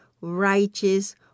righteous